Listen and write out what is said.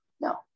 No